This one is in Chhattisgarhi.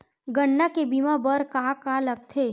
गन्ना के बीमा बर का का लगथे?